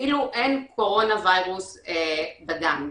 כאילו אין קורונה וירוס בדם.